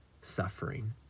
suffering